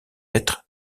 être